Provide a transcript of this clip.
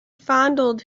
fondled